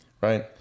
Right